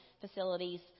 facilities